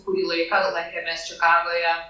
kurį laiką laikėmės čikagoje